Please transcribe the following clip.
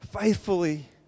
Faithfully